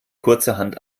kurzerhand